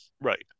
Right